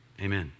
amen